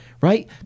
right